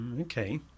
Okay